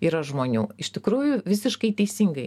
yra žmonių iš tikrųjų visiškai teisingai